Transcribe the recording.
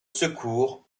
secours